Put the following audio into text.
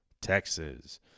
Texas